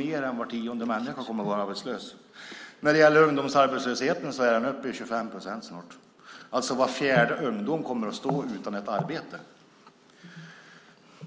Mer än var tionde människa kommer att vara arbetslös. Ungdomsarbetslösheten är snart uppe i 25 procent. Var fjärde ung kommer att stå utan ett arbete.